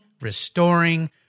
restoring